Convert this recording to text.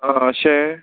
आं अशें